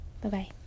Bye-bye